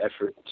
effort